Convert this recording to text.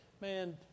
man